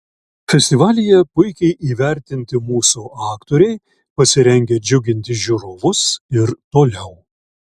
festivalyje puikiai įvertinti mūsų aktoriai pasirengę džiuginti žiūrovus ir toliau